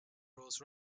rose